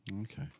Okay